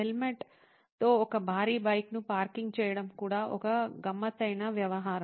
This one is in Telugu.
హెల్మెట్తో ఒక భారీ బైక్ను పార్కింగ్ చేయడం కూడా ఒక గమ్మత్తైన వ్యవహారం